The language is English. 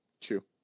True